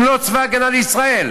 אם לא צבא הגנה לישראל?